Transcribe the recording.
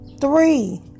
three